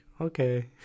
okay